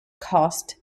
cast